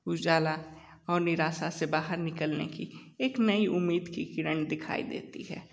उजाला और निराशा से बाहर निकलने की एक नई उम्मीद की किरण दिखाई देती है